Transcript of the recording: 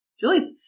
Julie's